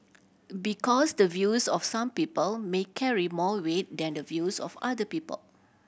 because the views of some people may carry more weight than the views of other people